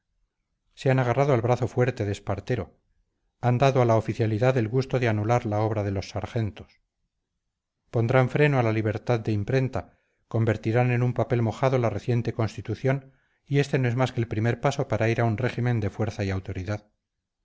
se han agarrado al brazo fuerte de espartero han dado a la oficialidad el gusto de anular la obra de los sargentos pondrán freno a la libertad de imprenta convertirán en un papel mojado la reciente constitución y este no es más que el primer paso para ir a un régimen de fuerza y autoridad